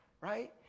right